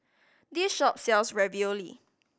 this shop sells Ravioli